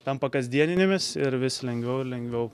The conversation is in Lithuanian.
tampa kasdieninėmis ir vis lengviau ir lengviau